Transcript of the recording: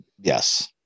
Yes